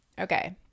Okay